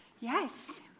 Yes